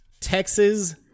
Texas